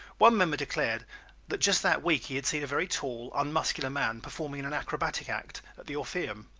one member declared that just that week he had seen a very tall, unmuscular man performing in an acrobatic act at the orpheum.